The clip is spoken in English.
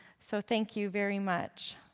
so, thank you very much.